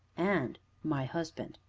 and my husband.